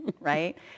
right